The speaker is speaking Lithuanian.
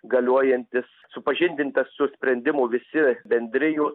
galiojantis supažindinta su sprendimu visi bendrijų